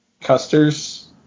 Custer's